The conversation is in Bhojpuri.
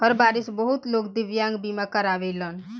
हर बारिस बहुत लोग दिव्यांग बीमा करावेलन